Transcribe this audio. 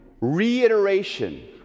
reiteration